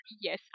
yes